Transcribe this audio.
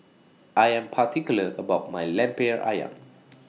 I Am particular about My Lemper Ayam